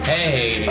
Hey